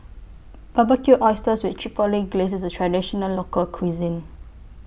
Barbecued Oysters with Chipotle Glaze IS A Traditional Local Cuisine